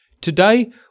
Today